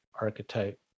archetype